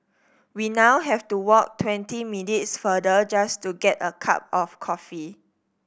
we now have to walk twenty minutes further just to get a cup of coffee